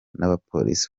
n’abapolisi